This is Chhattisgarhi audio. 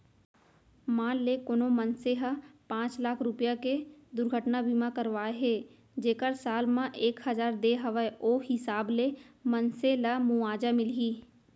मान ले कोनो मनसे ह पॉंच लाख रूपया के दुरघटना बीमा करवाए हे जेकर साल म एक हजार दे हवय ओ हिसाब ले मनसे ल मुवाजा मिलही